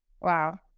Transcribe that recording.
Wow